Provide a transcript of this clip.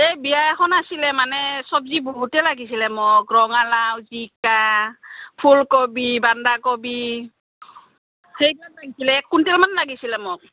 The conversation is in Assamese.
এই বিয়া এখন আছিলে মানে চব্জি বহুতেই লাগিছিলে মোক ৰঙালাও জিকা ফুলকবি বন্ধাকবি এক কুইণ্টেলমান লাগিছিলে মোক